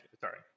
Sorry